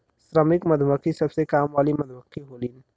श्रमिक मधुमक्खी सबसे काम वाली मधुमक्खी होलीन